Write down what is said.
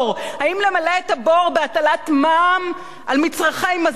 האם למלא את הבור בהטלת מע"מ על מצרכי מזון,